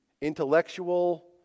intellectual